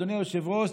אדוני היושב-ראש,